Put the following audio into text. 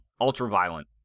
Ultra-violent